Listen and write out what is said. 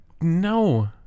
No